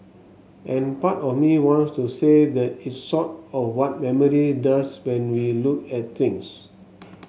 and part of me wants to say that it's sort of what memory does when we look at things